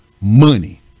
money